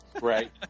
right